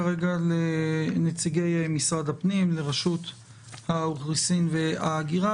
נציגי רשות האוכלוסין וההגירה,